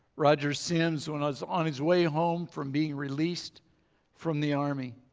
roger simms was on his way home from being released from the army.